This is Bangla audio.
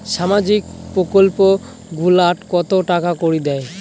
সামাজিক প্রকল্প গুলাট কত টাকা করি দেয়?